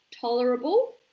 tolerable